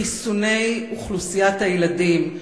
חיסוני אוכלוסיית הילדים,